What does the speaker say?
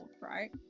right